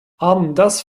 andas